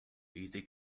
easy